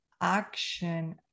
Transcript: action